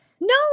no